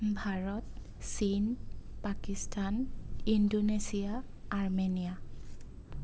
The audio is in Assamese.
ভাৰত চীন পাকিস্তান ইণ্ডোনেচিয়া আৰ্মেনীয়া